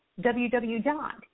www